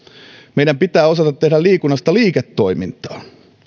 meidän pitää osata tehdä liikunnasta liiketoimintaa